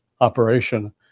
operation